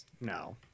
no